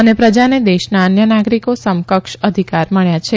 અને પ્રજાને દેશના અન્ય નાગરીકો સમકક્ષ અધિકાર મળ્યા છે